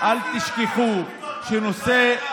אין לכם בדיקות PCR. אל תשכחו שנושא,